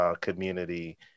community